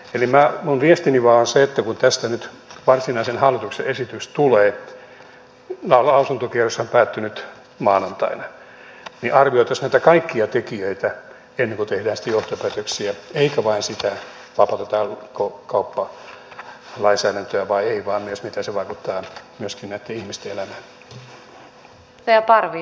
eli minun viestini on vain se että kun tästä nyt varsinainen hallituksen esitys tulee lausuntokierroshan päättyi nyt maanantaina arvioitaisiin näitä kaikkia tekijöitä ennen kuin tehdään sitten johtopäätöksiä ei vain sitä vapautetaanko kauppalainsäädäntöä vai ei vaan myös sitä miten se vaikuttaa myöskin näitten ihmisten elämään